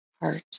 heart